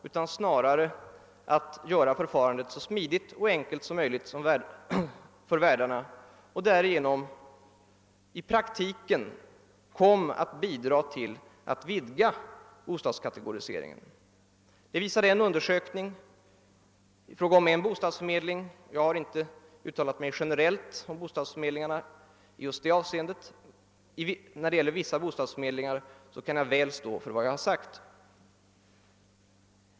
Man ville snarare göra förfarandet så smidigt och enkelt som möjligt för värdarna, varigenom man i praktiken kom att bidra till att vidga bostadskategoriseringen. Jag har inte uttalat mig generellt om bostadsförmedlingarna i detta avseende, men när det gäller vissa av dem kan jag stå för vad jag har sagt.